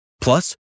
Plus